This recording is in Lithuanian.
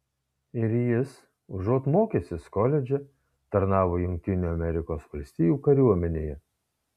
ir jis užuot mokęsis koledže tarnavo jungtinių amerikos valstijų kariuomenėje